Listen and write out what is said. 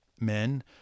men